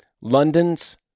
London's